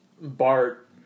Bart